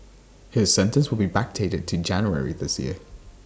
his sentence will be backdated to January this year